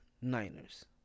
Niners